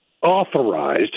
authorized